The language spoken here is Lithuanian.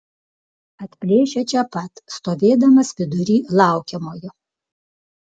atplėšia čia pat stovėdamas vidury laukiamojo